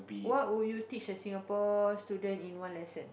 what would you teach a Singapore student in one lesson